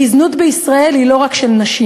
כי זנות בישראל היא לא רק של נשים.